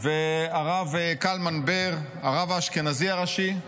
והרב קלמן בר, הרב האשכנזי הראשי.